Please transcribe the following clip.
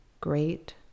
great